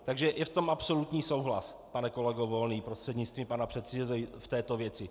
Takže je v tom absolutní souhlas, pane kolego Volný prostřednictvím paní předsedající, v této věci.